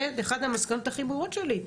זה אחת המסקנות הכי ברורות שלי.